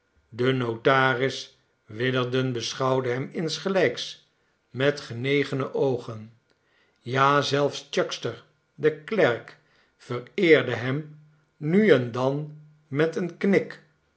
de notaris witherden beschouwde hem insgelijks met genegene oogen ja zelfs chuckster de klerk vereerde hem nu en dan met een knik